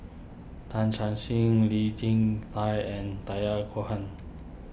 Tam Chan Sing Lee Jin Tat and Taya Cohen